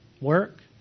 Work